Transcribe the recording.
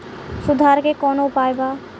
सुधार के कौनोउपाय वा?